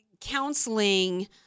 counseling